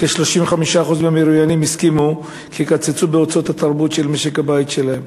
כ-35% מהמרואיינים הסכימו כי יקצצו בהוצאות התרבות של משק הבית שלהם.